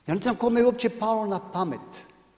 Ja ne znam koje je uopće palo na pamet?